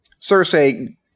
cersei